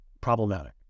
problematic